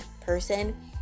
person